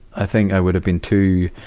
i think i would have been too, you